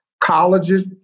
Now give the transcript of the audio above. colleges